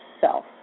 self